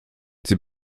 sie